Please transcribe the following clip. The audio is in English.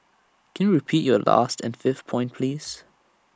can you repeat your last and fifth point please